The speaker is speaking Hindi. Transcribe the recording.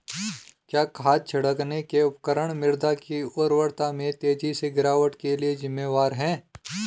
क्या खाद छिड़कने के उपकरण मृदा की उर्वरता में तेजी से गिरावट के लिए जिम्मेवार हैं?